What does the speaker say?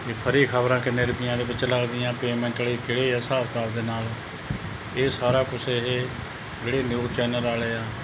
ਕਿ ਫਰੀ ਖ਼ਬਰਾਂ ਕਿੰਨੇ ਰੁਪਈਆਂ ਦੇ ਵਿੱਚ ਲੱਗਦੀਆਂ ਪੇਮੈਂਟ ਵਾਲੀ ਕਿਹੜੀ ਆ ਹਿਸਾਬ ਕਿਤਾਬ ਦੇ ਨਾਲ ਇਹ ਸਾਰਾ ਕੁਛ ਇਹ ਜਿਹੜੇ ਨਿਊਜ਼ ਚੈਨਲ ਵਾਲੇ ਆ